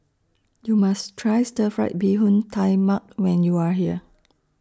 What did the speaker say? YOU must Try Stir Fried Mee Tai Mak when YOU Are here